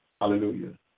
hallelujah